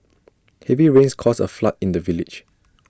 heavy rains caused A flood in the village